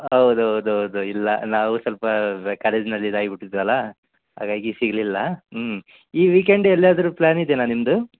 ಹೌದ್ ಹೌದ್ ಹೌದು ಇಲ್ಲ ನಾವು ಸ್ವಲ್ಪ ಕಾಲೇಜ್ನಲ್ಲಿ ಇದಾಗಿ ಬಿಟ್ಟಿದ್ವಲ್ಲ ಹಾಗಾಗಿ ಸಿಗಲಿಲ್ಲ ಹ್ಞೂ ಈ ವೀಕೆಂಡ್ ಎಲ್ಲಾದರು ಪ್ಲ್ಯಾನ್ ಇದೇಯಾ ನಿಮ್ಮದು